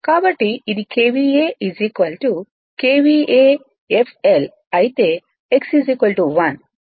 కాబట్టి ఇది KVA KVA fl అయితే x 1